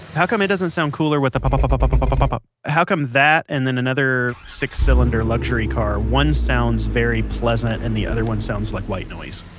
how come it doesn't sound cooler with the pop, ah pop, pop, pop, pop, pop? how come that and then another six-cylinder luxury car, one sounds very pleasant, and the other one sounds like white noise?